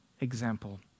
example